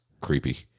creepy